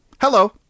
Hello